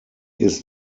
ist